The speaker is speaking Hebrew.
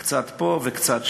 קצת פה וקצת שם.